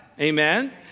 amen